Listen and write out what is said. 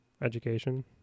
Education